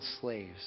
slaves